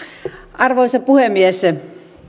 arvoisa puhemies